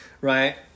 right